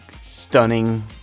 stunning